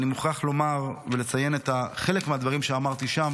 ואני מוכרח לומר ולציין חלק מהדברים שאמרתי שם,